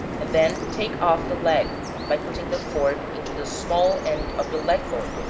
and then take off the leg by putting the fork into the small end of the leg bone,